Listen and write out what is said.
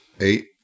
Eight